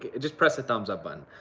just press the thumbs up button.